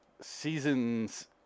season's